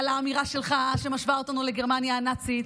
על האמירה שלך שמשווה אותנו לגרמניה הנאצית,